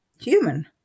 human